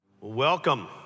Welcome